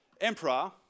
emperor